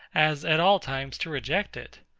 as at all times to reject it.